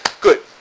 Good